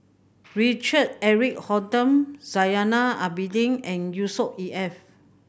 Richard Eric Holttum Zainal Abidin and Yusnor E F